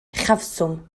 uchafswm